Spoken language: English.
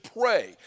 pray